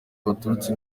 baturutse